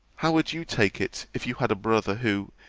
how would you take it, if you had a brother, who,